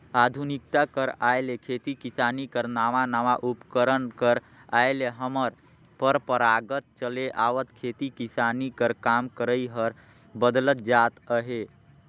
आधुनिकता कर आए ले खेती किसानी कर नावा नावा उपकरन कर आए ले हमर परपरागत चले आवत खेती किसानी कर काम करई हर बदलत जात अहे